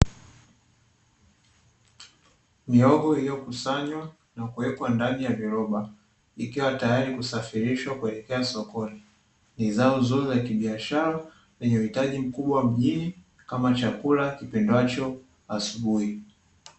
Mihogo iliyokusanywa na kuwekwa ndani ya viroba, ikiwa tayari kusafirishwa kuelekea sokoni, ni zao zuri la kibiashara lenye uhitaji mkubwa mjini, kama chakula kipendwacho asubuhi.